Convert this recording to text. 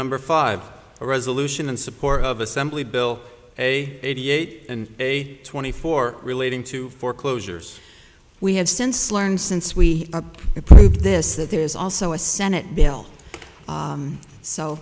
number five a resolution in support of assembly bill a eighty eight and a twenty four relating to foreclosures we have since learned since we approved this that there is also a senate bill